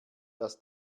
das